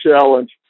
challenge